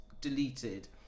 deleted